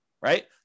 right